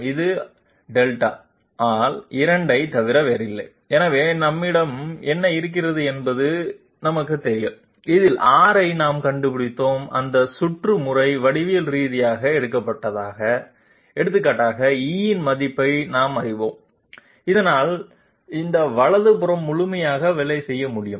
இது δ ஆல் 2 ஐத் தவிர வேறில்லை எனவே நம்மிடம் என்ன இருக்கிறது என்பது எங்களுக்குத் தெரியும் இதில் R ஐ நாம் கண்டுபிடித்தோம் அந்த சுற்று முறை வடிவியல் ரீதியாக எடுத்துக்காட்டாக e இன் மதிப்பை நாம் அறிவோம் இதனால் இந்த வலது புறம் முழுமையாக வேலை செய்ய முடியும்